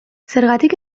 zergatik